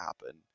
happen